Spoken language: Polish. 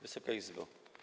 Wysoka Izbo!